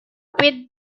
with